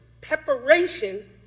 preparation